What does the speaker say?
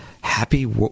happy